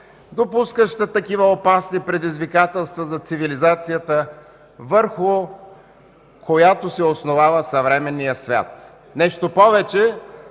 допускаща такива опасни предизвикателства за цивилизацията, върху която се основава съвременният свят. Нещо повече,